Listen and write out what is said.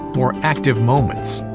more active moments,